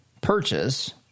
purchase